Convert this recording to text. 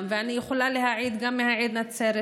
ואני יכולה להעיד גם מהעיר נצרת,